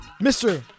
Mr